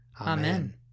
Amen